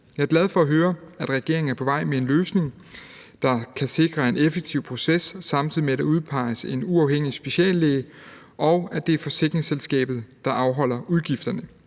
Jeg er glad for at høre, at regeringen er på vej mod en løsning, der kan sikre en effektiv proces, samtidig med at der udpeges en uafhængig speciallæge, og at det er forsikringsselskabet, der afholder udgifterne.